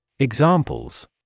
Examples